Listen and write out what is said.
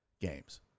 games